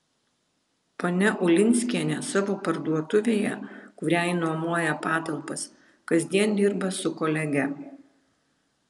ponia ulinskienė savo parduotuvėje kuriai nuomoja patalpas kasdien dirba su kolege